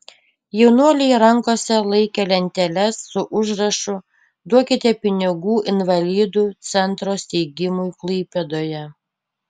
jaunuoliai rankose laikė lenteles su užrašu duokite pinigų invalidų centro steigimui klaipėdoje